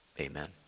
amen